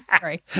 Sorry